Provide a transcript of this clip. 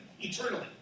Eternally